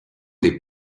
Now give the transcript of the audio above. des